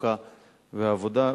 התעסוקה והעבודה.